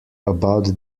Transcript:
about